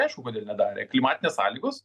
aišku kodėl nedarė klimatinės sąlygos